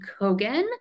Kogan